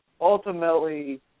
Ultimately